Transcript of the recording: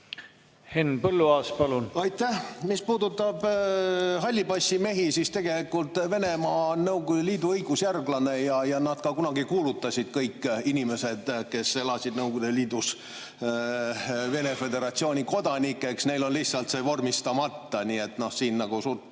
Henn Põlluaas, palun! Aitäh! Mis puudutab hallipassimehi, siis tegelikult Venemaa on Nõukogude Liidu õigusjärglane ja kunagi nad kuulutasid kõik inimesed, kes elasid Nõukogude Liidus, Vene föderatsiooni kodanikeks. Neil on lihtsalt see vormistamata, nii et siin suurt